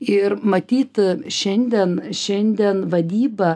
ir matyt šiandien šiandien vadyba